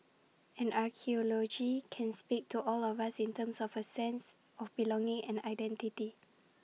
and archaeology can speak to all of us in terms of A sense of belonging and identity